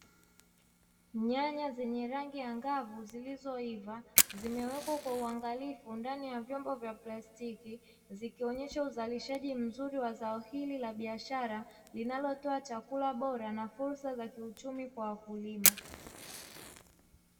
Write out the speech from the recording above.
Nyanya zenye rangi angavu zilizoiva zimewekwa kwa uangalifu ndani ya vyombo vya plastiki, zikionesha uzalishaji mzuri wa zao hili la biashara linalotoa chakula bora na fursa za kiuchumi kwa wakulima.